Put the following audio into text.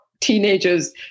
teenagers